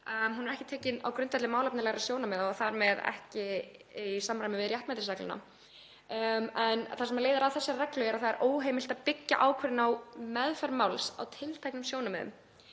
Hún er ekki tekin á grundvelli málefnalegra sjónarmiða og þar með ekki í samræmi við réttmætisregluna. Það sem leiðir af þessari reglu er að það er óheimilt að byggja ákvörðun á meðferð máls á tilteknum sjónarmiðum